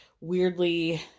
weirdly